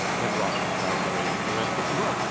then russia and saudi arabia and the rest of the world.